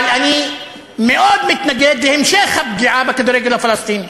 אבל אני מאוד מתנגד להמשך הפגיעה בכדורגל הפלסטיני.